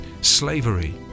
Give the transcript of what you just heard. slavery